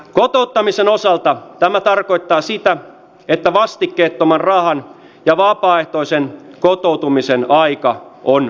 kotouttamisen osalta tämä tarkoittaa sitä että vastikkeettoman rahan ja vapaaehtoisen kotoutumisen aika on ohi